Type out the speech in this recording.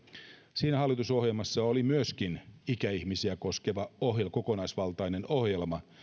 siinä hallitusohjelmassa oli myöskin ikäihmisiä koskeva kokonaisvaltainen ohjelma